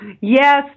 yes